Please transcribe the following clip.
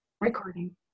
Recording